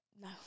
No